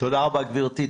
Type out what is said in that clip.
תודה רבה, גברתי.